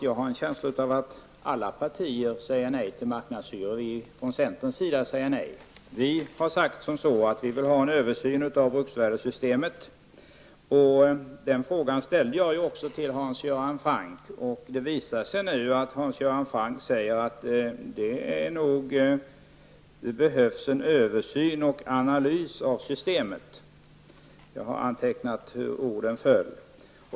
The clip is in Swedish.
Jag har en känsla av att alla partier säger nej till marknadshyror. Från centerns sidan säger vi i alla fall nej. Vi har sagt att vi vill ha en översyn av bruksvärdesystemet. Den frågan ställde jag också till Hans Göran Franck. Det visar sig nu att Hans Göran Franck säger att det nog behövs en översyn och analys av systemet. Jag har antecknat de orden.